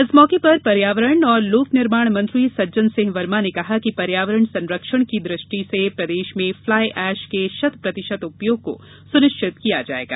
इस मौके पर पर्यावरण और लोकनिर्माण मंत्री सज्जन सिंह वर्मा ने कहा कि पर्यावरण संरक्षण की दृष्टि से प्रदेश में फ्लाई ऐश के शतप्रतिशत उपयोग को सुनिश्चित किया जाएगा